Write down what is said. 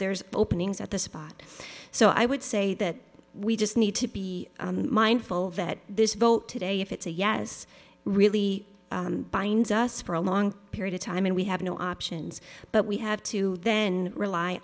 there's openings at the spot so i would say that we just need to be mindful that this vote today if it's a yes really binds us for a long period of time and we have no options but we have to then rely